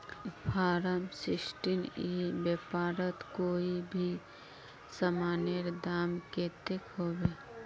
Form sixteen ई व्यापारोत कोई भी सामानेर दाम कतेक होबे?